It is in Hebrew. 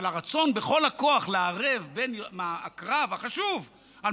אבל הרצון בכל הכוח לערב בין הקרב החשוב על